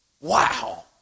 Wow